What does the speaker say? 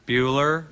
Bueller